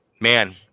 man